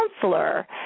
counselor